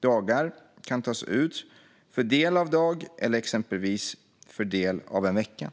Dagar kan tas ut som del av en dag eller exempelvis del av en vecka.